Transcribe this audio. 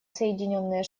соединённые